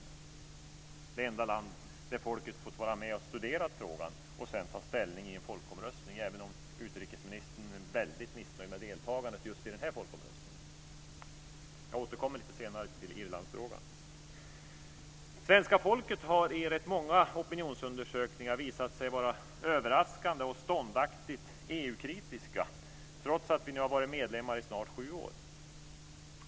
Det är det enda land där folket har fått vara med och studera frågan för att sedan ta ställning till den i en folkomröstning, även om utrikesministern är väldigt missnöjd med deltagandet just i den folkomröstningen. Jag återkommer lite senare till Irlandsfrågan. Svenska folket har i rätt många opinionsundersökningar visat sig vara överraskande och ståndaktigt EU-kritiska, trots att vi nu har varit medlemmar i snart sju år.